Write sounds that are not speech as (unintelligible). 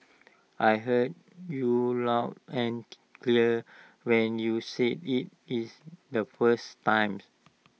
I heard you loud and (unintelligible) clear when you said IT is the first time